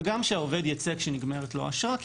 וגם שהעובד ייצא כשנגמרת לו האשרה כי